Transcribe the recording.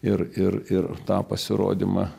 ir ir ir tą pasirodymą